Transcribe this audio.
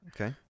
Okay